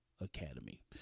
academy